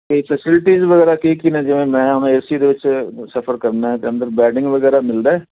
ਇਹ ਫੈਸਿਲਿਟੀਜ ਵਗੈਰਾ ਕੀ ਕੀ ਨੇ ਜਿਵੇਂ ਮੈਂ ਹੁਣ ਏ ਸੀ ਦੇ ਵਿੱਚ ਸਫ਼ਰ ਕਰਨਾ ਤਾਂ ਅੰਦਰ ਬੈਡਿੰਗ ਵਗੈਰਾ ਮਿਲਦਾ